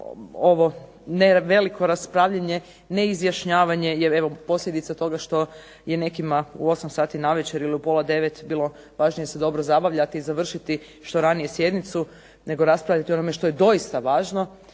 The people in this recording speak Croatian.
ovo ne veliko raspravljanje, neizjašnjavanje je evo posljedica toga što je nekima u 8 sati navečer ili u pola 9 bilo važnije se dobro zabavljati i završiti što ranije sjednicu nego raspravljati o onome što je doista važno